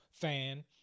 fan